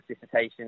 dissertation